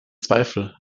zweifel